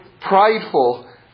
prideful